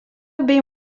bei